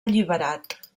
alliberat